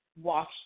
watch